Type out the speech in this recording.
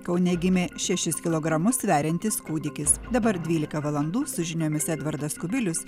kaune gimė šešis kilogramus sveriantis kūdikis dabar dvylika valandų su žiniomis edvardas kubilius